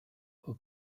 who